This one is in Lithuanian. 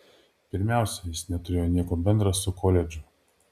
pirmiausia jis neturėjo nieko bendra su koledžu